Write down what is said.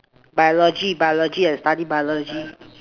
biology biology I study biology